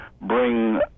bring